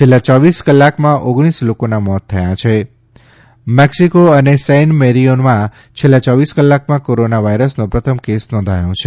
છેલ્લાં યોવીસ કલાકમાં ઓગણીસ લોકોના મોત થાય મેક્સિકો અ સૈન મૈરિનોમાં છેલ્લા યોવીસ કલાકમાં કોરોના વાઈરસનો પ્રથમ છ કેસ નોંધાયો છે